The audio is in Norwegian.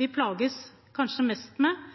vi kanskje plages mest med,